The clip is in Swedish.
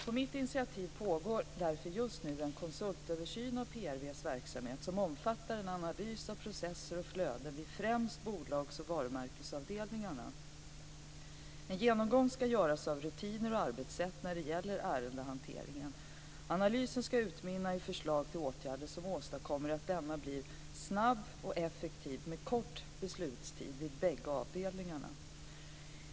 På mitt initiativ pågår därför just nu en konsultöversyn av PRV:s verksamhet, som omfattar en analys av processer och flöden vid främst bolags och varumärkesavdelningarna. En genomgång ska göras av rutiner och arbetssätt när det gäller ärendehanteringen. Analysen ska utmynna i förslag till åtgärder som åstadkommer att denna blir snabb och effektiv med kort beslutstid vid bägge avdelningarna.